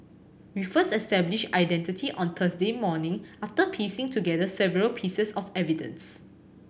we first established identity on Thursday morning after piecing together several pieces of evidence